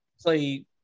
play